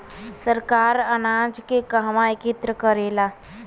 सरकार अनाज के कहवा एकत्रित करेला?